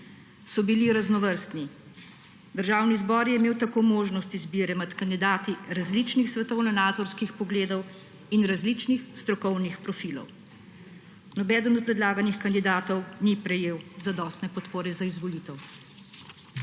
so bili raznovrstni. Državni zbor je imel tako možnost izbire med kandidati različnih svetovnonazorskih pogledov in različnih strokovnih profilov. Nobeden od predlaganih kandidatov ni prejel zadostne podpore za izvolitev.